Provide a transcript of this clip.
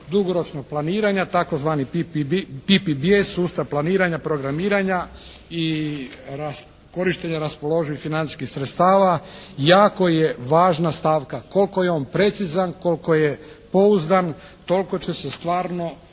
dugoročnog planiranja, tzv. PPBS sustav planiranja, programiranja i korištenja raspoloživih financijskih sredstava jako je važna stavka koliko je on precizan, koliko je pouzdan toliko će se stvarno